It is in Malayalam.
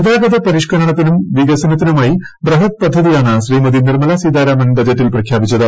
ഗതാഗത പരിഷ്കരണത്തിനും വികസനത്തിനുമായി ബൃഹത് പദ്ധതിയാണ് ശ്രീമതി നിർമലാ സീതാരാമൻ ബജറ്റിൽ പ്രഖ്യാപിച്ചത്